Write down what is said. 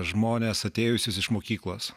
žmones atėjusius iš mokyklos